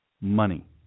money